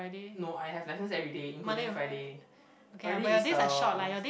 no I have lessons everyday including Friday Friday is the